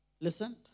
listen